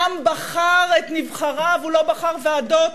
העם בחר את נבחריו, הוא לא בחר ועדות.